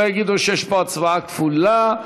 שלא יגידו שיש פה הצבעה כפולה.